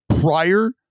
prior